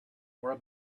where